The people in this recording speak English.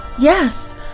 Yes